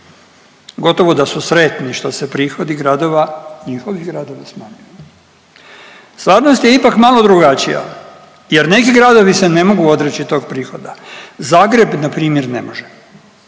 gotovo da su sretni što se prihodi gradova, njihovih gradova smanjio. Stvarnost je ipak malo drugačija, jer neki gradovi se ne mogu odreći tog prihoda. Zagreb na primjer ne može,